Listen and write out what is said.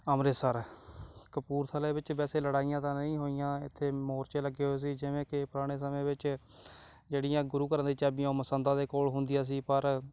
ਅੰਮ੍ਰਿਤਸਰ ਕਪੂਰਥਲੇ ਵਿੱਚ ਵੈਸੇ ਲੜਾਈਆਂ ਤਾਂ ਨਹੀਂ ਹੋਈਆਂ ਇੱਥੇ ਮੋਰਚੇ ਲੱਗੇ ਹੋਏ ਸੀ ਜਿਵੇਂ ਕਿ ਪੁਰਾਣੇ ਸਮੇਂ ਵਿੱਚ ਜਿਹੜੀਆਂ ਗੁਰੂ ਘਰ ਦੀ ਚਾਬੀਆਂ ਉਹ ਮਸੰਦਾਂ ਦੇ ਕੋਲ ਹੁੰਦੀਆਂ ਸੀ ਪਰ